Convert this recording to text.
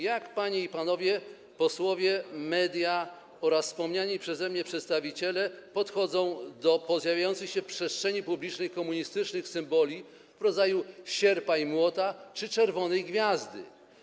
Jak, panie i panowie posłowie, media oraz wspomniani przeze mnie przedstawiciele podchodzą do pojawiających się w przestrzeni publicznej komunistycznych symboli w rodzaju sierpa i młota czy czerwonej gwiazdy?